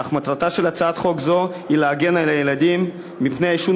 אך מטרתה של הצעת חוק זו היא להגן על הילדים מפני העישון